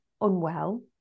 unwell